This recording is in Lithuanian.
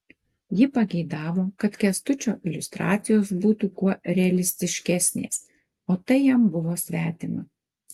ji pageidavo kad kęstučio iliustracijos būtų kuo realistiškesnės o tai jam buvo svetima